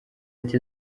ati